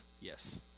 yes